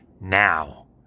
now